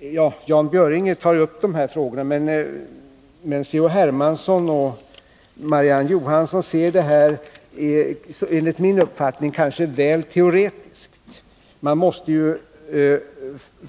Ja, Jan Björinge tar ju upp de här frågorna, men C.-H. Hermansson och Marie-Ann Johansson ser enligt min uppfattning det hela litet väl teoretiskt. Man måste